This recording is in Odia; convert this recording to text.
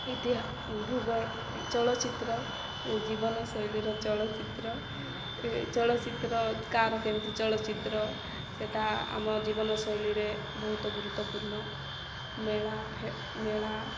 ଇତିହାସ ଭୂଗୋଳ ଚଳଚ୍ଚିତ୍ର ଜୀବନଶୈଳୀର ଚଳଚ୍ଚିତ୍ର ଚଳଚ୍ଚିତ୍ର କାହାର କେମିତି ଚଳଚ୍ଚିତ୍ର ସେଟା ଆମ ଜୀବନ ଶୈଳୀରେ ବହୁତ ଗୁରୁତ୍ୱପୂର୍ଣ୍ଣ ମେଳା